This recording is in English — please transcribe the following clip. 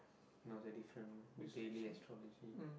not that different daily astrology